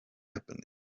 happening